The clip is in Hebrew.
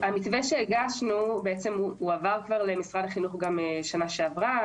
המתווה שהגשנו הועבר כבר למשרד החינוך גם בשנה שעברה,